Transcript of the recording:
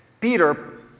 Peter